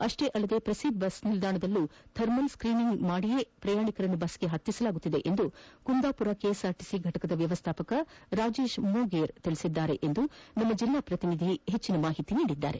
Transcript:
ಅಷ್ಷೇ ಅಲ್ಲದೇ ಪ್ರತಿ ಬಸ್ ನಿಲ್ದಾಣದಲ್ಲಿ ಥರ್ಮಲ್ ಸ್ತೀನಿಂಗ್ ಮಾಡಿ ಪ್ರಯಾಣಿಕರನ್ನು ಬಸ್ಗೆ ಪತ್ತಿಸಲಾಗುತ್ತಿದೆ ಎಂದು ಕುಂದಾಪುರ ಕೆಎಸ್ಆರ್ಟಿಸಿ ಫಟಕದ ವ್ಯವಸ್ಥಾಪಕ ರಾಜೇಶ್ ಮೊಗೇರ್ ತಿಳಿಬರುವುದಾಗಿ ನಮ್ಮ ಜಲ್ಲಾ ಪ್ರತಿನಿಧಿ ಮಾಹಿತಿ ನೀಡಿದ್ದಾರೆ